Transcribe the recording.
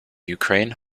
ukraine